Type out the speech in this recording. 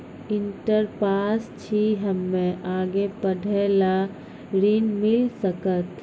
Inter pass छी हम्मे आगे पढ़े ला ऋण मिल सकत?